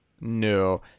No